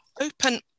open